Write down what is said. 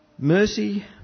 Mercy